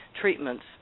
treatments